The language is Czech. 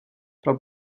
pro